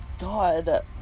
God